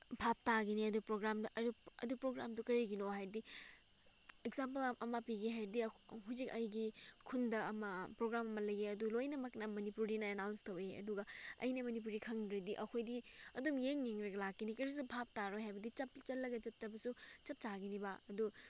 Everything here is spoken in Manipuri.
ꯚꯥꯞ ꯇꯥꯒꯅꯤ ꯑꯗꯨ ꯄ꯭ꯔꯣꯒ꯭ꯔꯥꯝꯗꯨ ꯑꯗꯨ ꯑꯗꯨ ꯄ꯭ꯔꯣꯒ꯭ꯔꯥꯝꯗꯨ ꯀꯔꯤꯒꯤꯅꯣ ꯍꯥꯏꯔꯗꯤ ꯑꯦꯛꯖꯥꯝꯄꯜ ꯑꯃ ꯄꯤꯒꯦ ꯍꯥꯏꯔꯗꯤ ꯍꯧꯖꯤꯛ ꯑꯩꯒꯤ ꯈꯨꯟꯗ ꯑꯃ ꯄ꯭ꯔꯣꯒ꯭ꯔꯥꯝ ꯑꯃ ꯂꯩꯌꯦ ꯑꯗꯨ ꯂꯣꯏꯅꯃꯛꯅ ꯃꯅꯤꯄꯨꯔꯤꯅ ꯑꯦꯅꯥꯎꯟꯁ ꯇꯧꯋꯦ ꯑꯗꯨꯒ ꯑꯩꯅ ꯃꯅꯤꯄꯨꯔꯤ ꯈꯪꯗ꯭ꯔꯗꯤ ꯑꯩꯈꯣꯏꯗꯤ ꯑꯗꯨꯝ ꯌꯦꯡꯅꯤꯡꯂꯒ ꯂꯥꯛꯀꯅꯤ ꯀꯔꯤꯁꯨ ꯚꯥꯞ ꯇꯥꯔꯣꯏ ꯍꯥꯏꯕꯗꯤꯆꯞ ꯆꯠꯂꯒ ꯆꯠꯇꯕꯁꯨ ꯆꯞ ꯆꯥꯒꯅꯤꯕ ꯑꯗꯨ